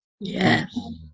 Yes